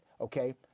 okay